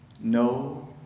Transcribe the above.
No